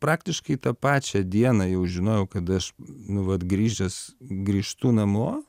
praktiškai tą pačią dieną jau žinojau kad aš nu vat grįžęs grįžtu namo